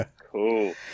Cool